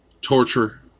torture